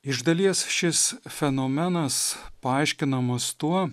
iš dalies šis fenomenas paaiškinamas tuo